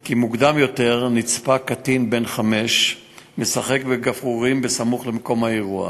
עלה כי מוקדם יותר נצפה קטין בן חמש משחק בגפרורים בסמוך למקום האירוע.